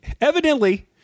evidently